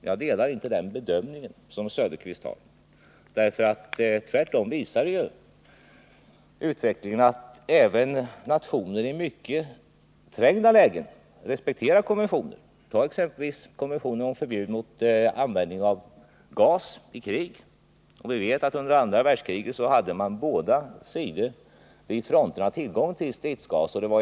Jag delar inte den bedömning som Oswald Söderqvist gör. Tvärtom har det visat sig att även nationer i mycket trängda lägen respekterat konventioner. Ta exempelvis konventionen om förbud mot användningen av stridsgaser i krig. Vi vet att man under andra världskriget på båda sidor hade tillgång till stridsgaser vid fronterna.